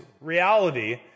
reality